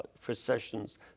processions